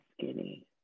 skinny